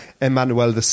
Emmanuel